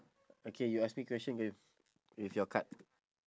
okay you ask me question with with your card